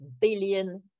billion